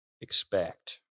expect